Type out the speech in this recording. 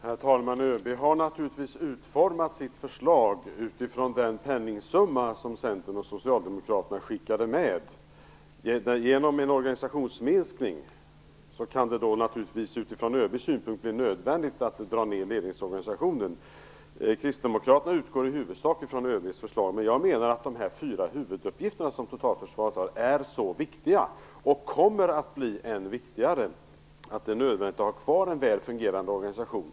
Herr talman! ÖB har naturligtvis utformat sitt förslag utifrån den penningsumma som Centern och Socialdemokraterna skickade med. Genom en organisationsminskning kan det naturligtvis utifrån ÖB:s synpunkt bli nödvändigt att dra ned ledningsorganisationen. Kristdemokraterna utgår i huvudsak från ÖB:s förslag, men jag menar att de fyra huvuduppgifter som totalförsvaret har är så viktiga, och kommer att bli än viktigare, att det är nödvändigt att ha kvar en väl fungerande organisation.